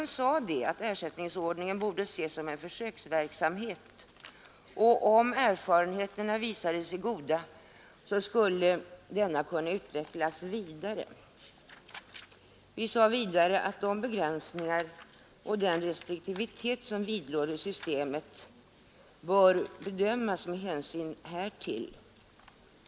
Man sade att ersättningsordningen borde i viss mån ses som en försöksverksamhet, vilken, om erfarenheterna visade sig goda, borde kunna utvecklas vidare. Man sade också, att de begränsningar och den restriktivitet som vidlåder systemet borde bedömas med hänsyn härtill.